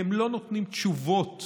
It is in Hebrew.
אתם לא נותנים תשובות